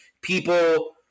people